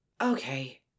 Okay